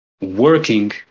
working